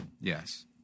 Yes